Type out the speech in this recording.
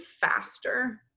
faster